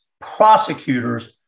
Prosecutors